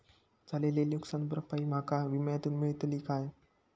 झालेली नुकसान भरपाई माका विम्यातून मेळतली काय?